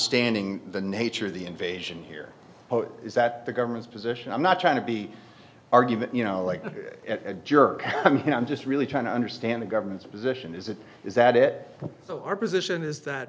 withstanding the nature of the invasion here is that the government's position i'm not trying to be argument you know like a jerk you know i'm just really trying to understand the government's position is it is that it so our position is that